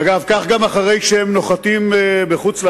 אגב, כך גם אחרי שהם נוחתים בחוץ-לארץ,